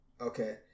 Okay